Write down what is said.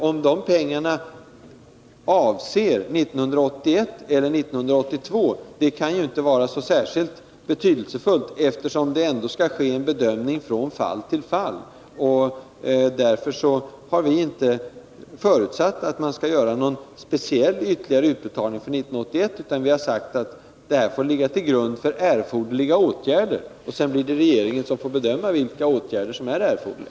Om de pengarna avser 1981 eller 1982 kan inte vara så särskilt betydelsefullt, eftersom det ändå skall ske en bedömning från fall till fall. Därför har vi inte förutsatt att man skall göra någon speciell ytterligare utbetalning för 1981, utan vi har sagt att riksdagens beslut får ligga till grund för erforderliga åtgärder — och sedan får regeringen bedöma vilka åtgärder som är erforderliga.